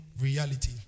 reality